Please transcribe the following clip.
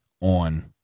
on